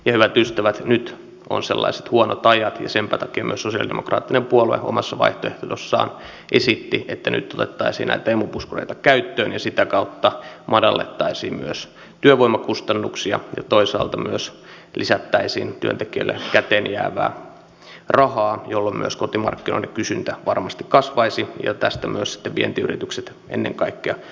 hyvät ystävät nyt on sellaiset huonot ajat ja senpä takia myös sosialidemokraattinen puolue omassa vaihtoehdossaan esitti että nyt otettaisiin näitä emu puskureita käyttöön ja sitä kautta myös madallettaisiin työvoimakustannuksia ja toisaalta myös lisättäisiin työntekijöille käteen jäävää rahaa jolloin myös kotimarkkinoiden kysyntä varmasti kasvaisi ja tästä myös ennen kaikkea vientiyritykset hyötyisivät